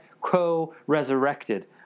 co-resurrected